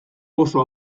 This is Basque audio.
oso